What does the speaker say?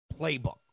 playbook